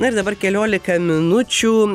na ir dabar keliolika minučių